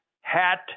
Hat